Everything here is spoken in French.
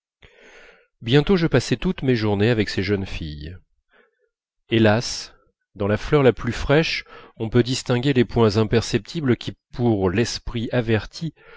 bientôt je passai toutes mes journées avec ces jeunes filles hélas dans la fleur la plus fraîche on peut distinguer les points imperceptibles qui pour l'esprit averti